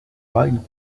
vinyl